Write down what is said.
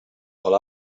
all